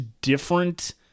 different